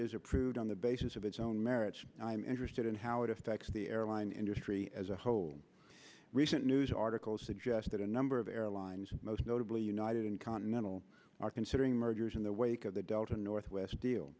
is approved on the basis of its own merits i'm interested in how it affects the airline industry as a whole recent news articles suggested a number of airlines most notably united and continental are considering mergers in the wake of the delta northwest deal